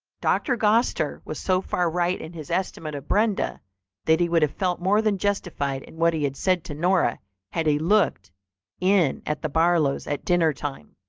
dr. gostar was so far right in his estimate of brenda that he would have felt more than justified in what he had said to nora had he looked in at the barlows at dinner-time.